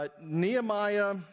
Nehemiah